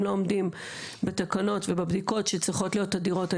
לא עומדים בתקנות ובבדיקות שצריכות להיות תדירות,